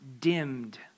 dimmed